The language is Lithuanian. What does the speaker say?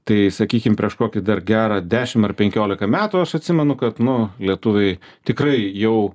tai sakykim kažkokį dar gerą dešim ar penkiolika metų aš atsimenu kad nu lietuviai tikrai jau